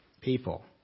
People